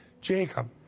Jacob